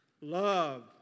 Love